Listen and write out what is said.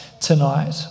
tonight